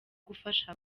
gufasha